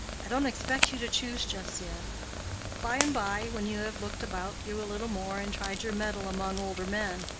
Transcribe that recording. i don't expect you to choose just yet by-and-by, when you have looked about you a little more and tried your mettle among older men.